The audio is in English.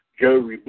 Joe